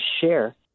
share